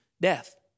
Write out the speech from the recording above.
death